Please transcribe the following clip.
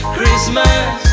Christmas